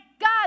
God